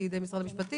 בידי משרד המשפטים,